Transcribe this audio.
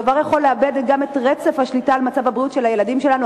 הדבר יכול גם לאבד את רצף השליטה על מצב הבריאות של הילדים שלנו.